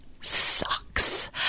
sucks